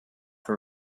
her